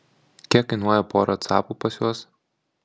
kiek kainuoja pora capų pas juos